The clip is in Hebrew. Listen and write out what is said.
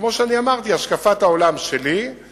כמו שאמרתי: השקפת העולם שלי היא